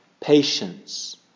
patience